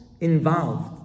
involved